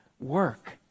work